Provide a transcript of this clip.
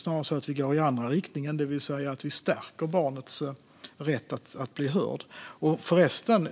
Snarare går vi i andra riktningen, det vill säga att vi stärker barnets rätt att bli hörd.